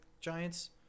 Giants